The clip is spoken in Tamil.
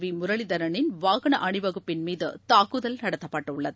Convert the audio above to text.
விமுரளீதரனின் வாகன அணிவகுப்பின் மீது தாக்குதல் நடத்தப்பட்டுள்ளது